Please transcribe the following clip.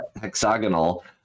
hexagonal